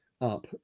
up